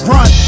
Run